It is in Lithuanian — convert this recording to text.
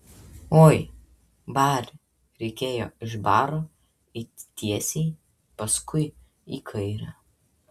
oi bari reikėjo iš baro eiti tiesiai paskui į kairę